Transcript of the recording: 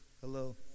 Hello